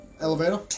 elevator